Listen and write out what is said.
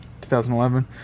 2011